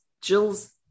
Jill's